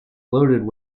loaded